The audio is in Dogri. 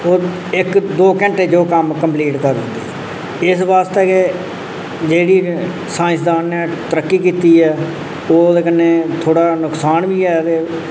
इक दो घैंटे च जो कम्म कम्पलीट इस बास्तै जेह्ड़ी साईंसदान ने तरक्की कीती ऐ ओह्दे कन्नै थोह्ड़ा नुक्सान बी ऐ ते